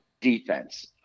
defense